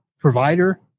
provider